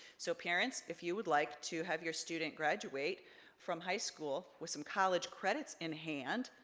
so parents, if you would like to have your student graduate from high school with some college credits in hand,